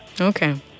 Okay